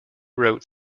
wrote